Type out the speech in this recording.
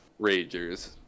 Ragers